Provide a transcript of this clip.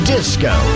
Disco